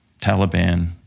Taliban